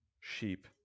sheep